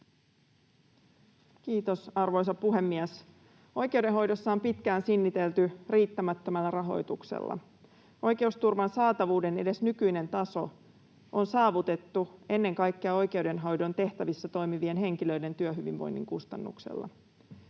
Kiitos, arvoisa puhemies! Oikeudenhoidossa on pitkään sinnitelty riittämättömällä rahoituksella. Oikeusturvan saatavuuden edes nykyinen taso on saavutettu ennen kaikkea oikeudenhoidon tehtävissä toimivien henkilöiden työhyvinvoinnin kustannuksella.